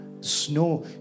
snow